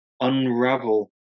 unravel